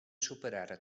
superar